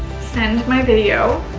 send my video